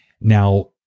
Now